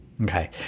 Okay